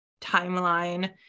timeline